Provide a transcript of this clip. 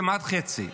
כמעט חצי,